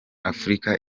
afurika